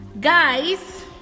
guys